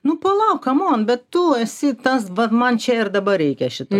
nu palauk kamom bet tu esi tas vat man čia ir dabar reikia šito